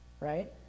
right